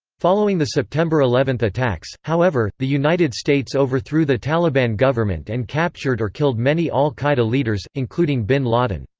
following the september eleven attacks, however, the united states overthrew the taliban government and captured or killed many al qaeda leaders, including bin laden.